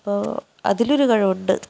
അപ്പോൾ അതിൽ ഒരു കഴിവ് ഉണ്ട്